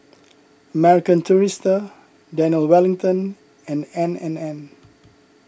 American Tourister Daniel Wellington and N and N